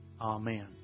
Amen